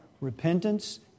Repentance